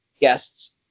guests